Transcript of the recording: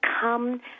come